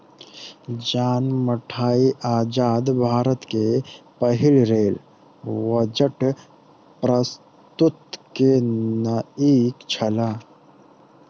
John Mathai आजाद भारत के पहिल रेल बजट प्रस्तुत केनई छला